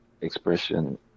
expression